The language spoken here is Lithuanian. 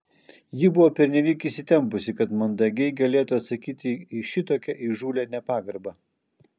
ji buvo pernelyg įsitempusi kad mandagiai galėtų atsakyti į šitokią įžūlią nepagarbą